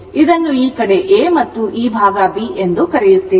ಇದನ್ನು ಈ ಕಡೆ A ಮತ್ತು ಈ ಭಾಗ B ಎಂದು ಕರೆಯುತ್ತೇವೆ